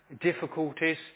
difficulties